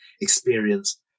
experience